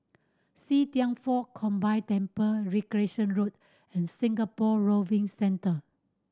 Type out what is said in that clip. See Thian Foh Combined Temple Recreation Road and Singapore Rowing Centre